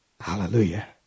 Hallelujah